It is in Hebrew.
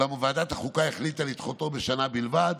אולם ועדת החוקה החליטה לדחותו בשנה בלבד.